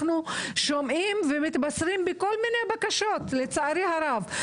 שומעים ומתבשרים בכל מיני בקשות לצערי הרב.